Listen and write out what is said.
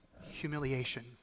humiliation